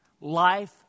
Life